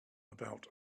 about